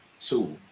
two